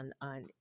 on